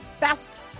best